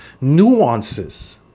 nuances